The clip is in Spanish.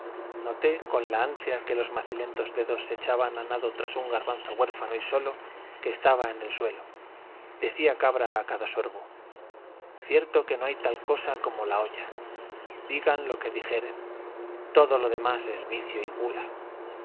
noté con la ansia que los macilentos dedos se echaban a nado tras un garbanzo huérfano y solo que estaba en el suelo decía cabra a cada sorbo cierto que no hay tal cosa como la olla digan lo que dijeren todo lo demás es vicio y gula